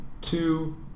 two